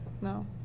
No